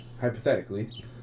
hypothetically